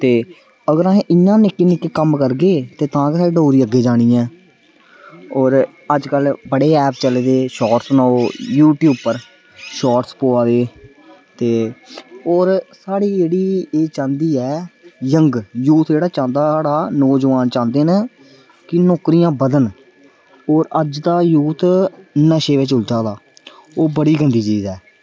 ते अगर अस इंया निक्के निक्के कम्म करगे ते तां गै डोगरी अग्गें जानी ऐ ते होर अज्जकल बड़े आर्ट चले दे शार्टस पाओ यूट्यूब पर शार्टस पवा दे होर साढ़ी जेह्ड़ी एह् चाहंदी ऐ यंग यूथ जेह्ड़ा चाहंदा साढ़ा नौजुआन चाहंदे न साढ़े कि नौकरियां बधन होर अज्जकल यूथ नशे च उलझा दा ओह् बड़ी गंदी चीज़ ऐ